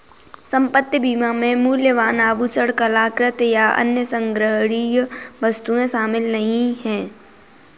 संपत्ति बीमा में मूल्यवान आभूषण, कलाकृति, या अन्य संग्रहणीय वस्तुएं शामिल नहीं हैं